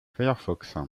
firefox